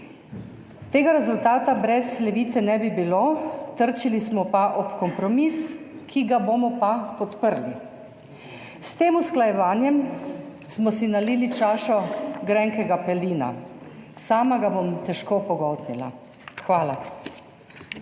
Tega rezultata brez Levice ne bi bilo, trčili smo pa ob kompromis, ki ga bomo podprli. S tem usklajevanjem smo si nalili čašo grenkega pelina, sama ga bom težko pogoltnila. Hvala.